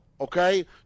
Okay